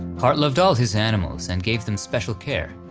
hart loved all his animals and gave them special care.